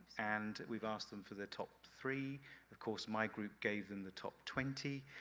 and we've asked them for the top three of course my group gave them the top twenty